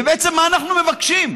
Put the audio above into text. ובעצם, מה אנחנו מבקשים?